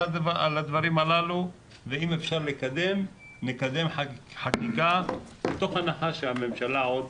הדברים הללו ואם אפשר לקדם נקדם חקיקה תוך הנחה שהממשלה עוד